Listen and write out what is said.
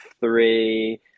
three